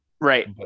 right